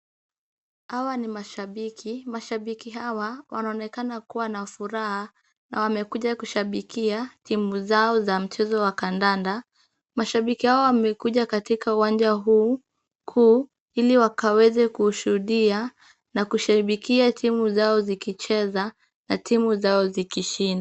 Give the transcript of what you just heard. Hawa ni mashabiki, mashabiki hawa wanaonekana kuwa na furaha na wamekuja kushabikia timu zao za mchezo wa kandanda, mashabiki hao wamekuja katika uwanja huu kuu, ili wakaweze kushuhudia na kushabikia timu zao zikicheza na timu zao zikishinda.